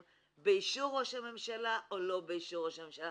באישור ראש הממשלה או לא באישור ראש הממשלה,